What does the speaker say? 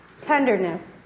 tenderness